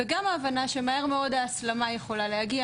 וגם ההבנה שמהר מאוד ההסלמה יכולה להגיע